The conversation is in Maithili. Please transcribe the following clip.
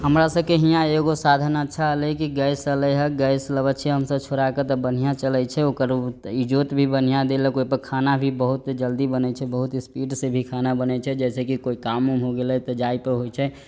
हमरासबके हियाँ एगो साधन अच्छा हलै की गैस अलै ह गैस लबै छियै हमसब छोड़ा कऽ त बनिहा चलै छै ओकर ईजोत भी बनिहा देलक ओइपर खाना भी बहुत जल्दी बनै छै बहुत स्पीड से भी खाना बनै छै जइसे की कोइ काम ऊम हो गेलै त जाइके होइ छै